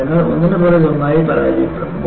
അതിനാൽ ഒന്നിനുപുറകെ ഒന്നായി പരാജയപ്പെടും